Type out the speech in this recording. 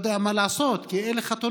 לא יודע מה לעשות, כי אין חתונות.